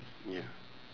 ya